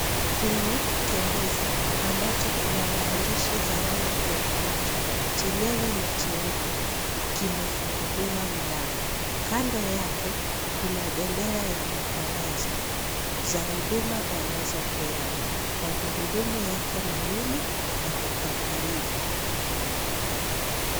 Kliniki tembezi, ambacho kina maandishi za rangi tofauti. Chenyewe ni cheupe, kimefunguliwa mlango. Kando yake, kuna bendera ya matangazo za huduma wanazopeana. Magurudumu yake mawili yako kwa karibu.